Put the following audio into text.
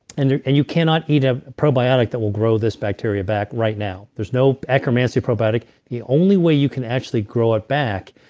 and and you cannot eat a probiotic that will grow this bacteria back right now. there's no akkermansia probiotic the only way you can actually grow it back,